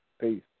Peace